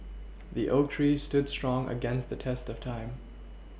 the oak tree stood strong against the test of time